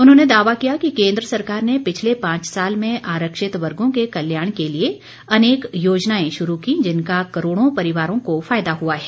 उन्होंने दावा किया कि केन्द्र सरकार ने पिछले पांच साल में आरक्षित वर्गों के कल्याण के लिए अनेक योजनाएं शुरू कीं जिनका करोड़ों परिवारों को फायदा हुआ है